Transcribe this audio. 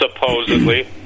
supposedly